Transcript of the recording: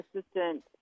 Assistant